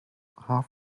half